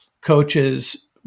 coaches